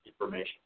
information